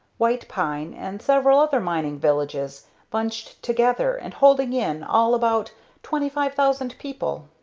white pine, and several other mining villages bunched together and holding in all about twenty-five thousand people.